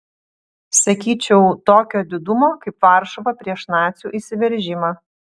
sakyčiau tokio didumo kaip varšuva prieš nacių įsiveržimą